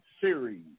series